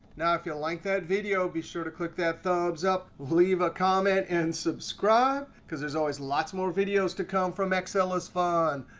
now, if you like that video, be sure to click that thumbs up, leave a comment, and subscribe because there's always lots more videos to come from excelisfun.